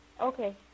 Okay